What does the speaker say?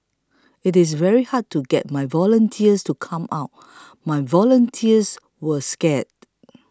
it is very hard to get my volunteers to come out my volunteers were scared